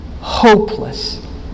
hopeless